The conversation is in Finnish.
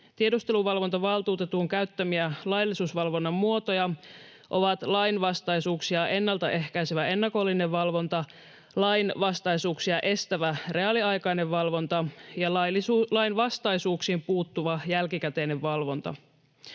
Tiedusteluvalvontavaltuutetun käyttämiä laillisuusvalvonnan muotoja ovat lainvastaisuuksia ennaltaehkäisevä ennakollinen valvonta, lainvastaisuuksia estävä reaaliaikainen valvonta ja lainvastaisuuksiin puuttuva jälkikäteinen valvonta.